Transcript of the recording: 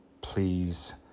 Please